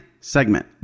segment